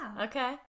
Okay